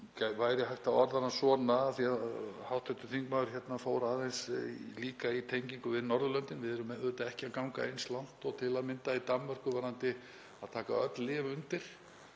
væri hægt að orða spurninguna svona — af því að hv. þingmaður fór aðeins líka í tengingu við Norðurlöndin. Við erum auðvitað ekki að ganga eins langt og til að mynda í Danmörku varðandi að taka öll lyf undir.